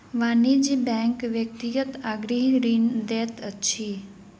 वाणिज्य बैंक व्यक्तिगत आ गृह ऋण दैत अछि